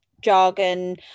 jargon